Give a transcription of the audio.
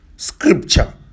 Scripture